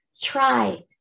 try